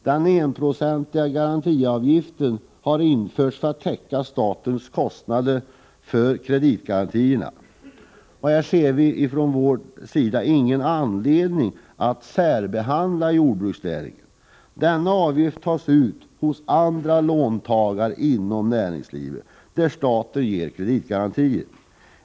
Den enprocentiga kreditgarantiavgiften har införts för att täcka statens kostnader för kreditgarantierna. Här ser vi ingen anledning att särbehandla jordbruksnäringen. Denna avgift tas ut hos andra låntagare inom näringslivet, där staten ger kreditgarantier.